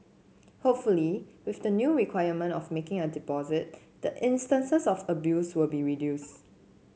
hopefully with the new requirement of making a deposit the instances of abuse will be reduced